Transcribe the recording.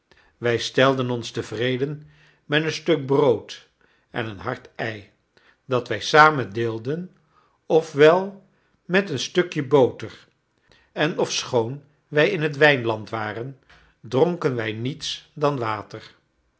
wij stelden ons tevreden met een stuk brood en een hard ei dat wij samen deelden of wel met een stukje boter en ofschoon wij in het wijnland waren dronken wij niets dan water